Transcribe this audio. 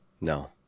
No